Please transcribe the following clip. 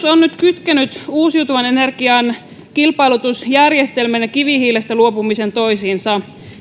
on nyt kytkenyt uusiutuvan energian kilpailutusjärjestelmän ja kivihiilestä luopumisen toisiinsa